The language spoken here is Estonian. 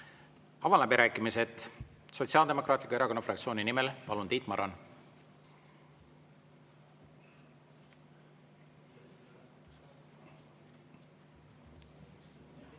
Avan läbirääkimised. Sotsiaaldemokraatliku Erakonna fraktsiooni nimel, palun, Tiit Maran!